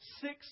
six